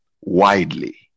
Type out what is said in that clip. widely